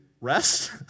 rest